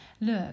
look